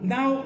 Now